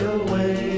away